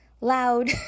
loud